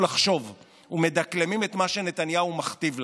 לחשוב ומדקלמים את מה שנתניהו מכתיב להם.